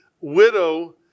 widow